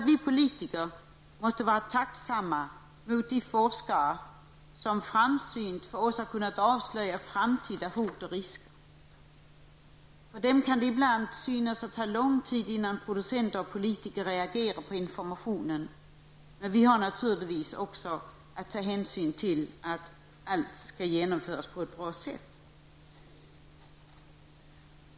Vi politiker måste vara tacksamma mot de forskare som framsynt för oss har kunnat avslöja framtida hot och risker. För dem kan det ibland synas ta lång tid innan producenter och politiker reagerar på informationen. Men vi måste naturligtvis också ta hänsyn till att allt skall genomföras på ett bra sätt.